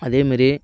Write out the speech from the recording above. அதே மாரி